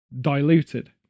diluted